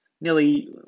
nearly